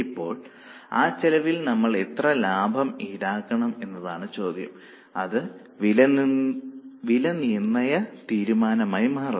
ഇപ്പോൾ ആ ചെലവിൽ നമ്മൾ എത്ര ലാഭം ഈടാക്കണം എന്നതാണ് ചോദ്യം അത് വിലനിർണ്ണയ തീരുമാനമായി മാറുന്നു